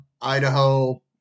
Idaho